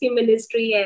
ministry